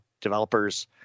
developers